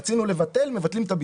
רצינו לבטל, מבטלים את הביטול.